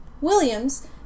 Williams